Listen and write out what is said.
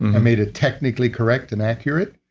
i made it technically correct and accurate,